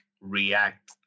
react